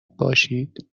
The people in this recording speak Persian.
باشید